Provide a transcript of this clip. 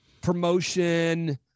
promotion